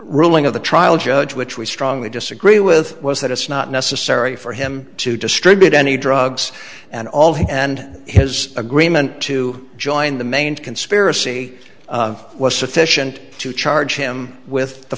ruling of the trial judge which we strongly disagree with was that it's not necessary for him to distribute any drugs and all he and his agreement to join the main conspiracy was sufficient to charge him with